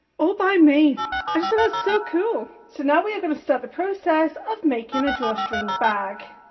all by me and so that's so cool so now we are going to start the process of making a drawstring bag